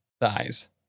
thighs